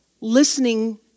listening